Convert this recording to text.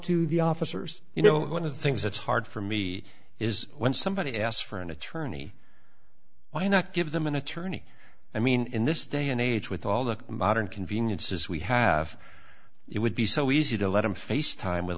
to the officers you know going to things it's hard for me is when somebody asks for an attorney why not give them an attorney i mean in this day and age with all the modern conveniences we have it would be so easy to let him face time with